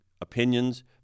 opinions